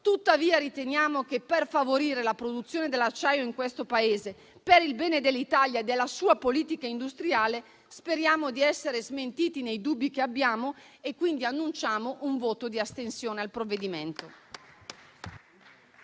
Tuttavia, per favorire la produzione dell'acciaio in questo Paese, per il bene dell'Italia e della sua politica industriale, sperando di essere smentiti nei dubbi che abbiamo, annunciamo un voto di astensione al provvedimento.